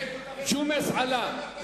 שג'ומס עלה.